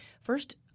first